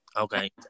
Okay